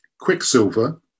quicksilver